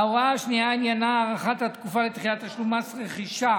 ההוראה השנייה עניינה הארכת התקופה לדחיית תשלום מס רכישה